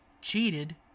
Cheated